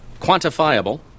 quantifiable